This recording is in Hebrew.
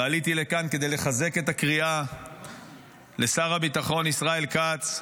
ועליתי לכאן כדי לחזק את הקריאה לשר הביטחון ישראל כץ,